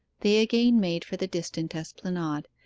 they again made for the distant esplanade,